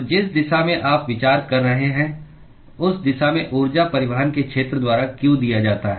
तो जिस दिशा में आप विचार कर रहे हैं उस दिशा में ऊर्जा परिवहन के क्षेत्र द्वारा q दिया जाता है